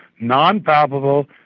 non-palpable,